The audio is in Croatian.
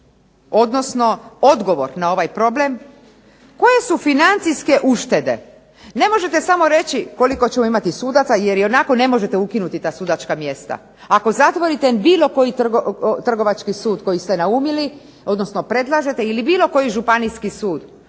odnosno odgovor na ovaj problem koje su financijske uštede. Ne možete samo reći koliko ćemo imati sudaca, jer ionako ne možete ukinuti ta sudačka mjesta. Ako zatvorite bilo koji trgovački sud koji ste naumili, odnosno predlažete ili bilo koji županijski sud,